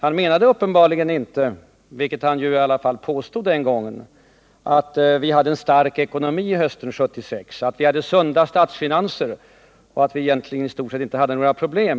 Han menade uppenbarligen inte —- vilket han ändå påstod den gången — att vi hade en stark ekonomi hösten 1976 med sunda statsfinanser och att vi i stort sett inte hade några problem.